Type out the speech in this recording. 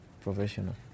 Professional